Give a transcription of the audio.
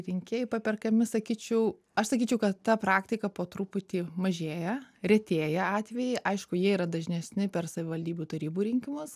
rinkėjai paperkami sakyčiau aš sakyčiau kad ta praktika po truputį mažėja retėja atvejai aišku jie yra dažnesni per savivaldybių tarybų rinkimus